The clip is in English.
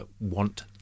want